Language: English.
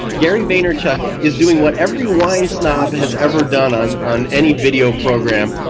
gary vaynerchuk is doing what every wine snob has ever done on on any video program,